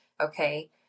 okay